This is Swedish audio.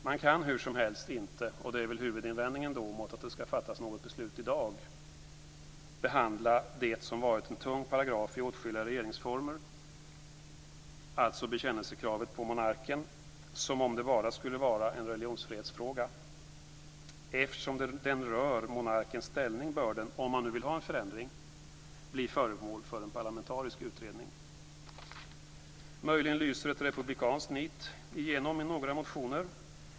Man kan hur som helst inte - det är huvudinvändningen mot att det skall fattas något beslut i dag - behandla det som varit en tung paragraf i åtskilliga regeringsformer, alltså bekännelsekravet på monarken, som om det bara var en religionsfrihetsfråga. Eftersom den rör monarkens ställning bör den, om man nu vill ha en förändring, bli föremål för en parlamentarisk utredning. Möjligen lyser ett republikanskt nit igenom i några motioner.